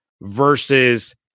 versus